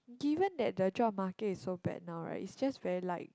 given that the job market is so bad now right it's just very like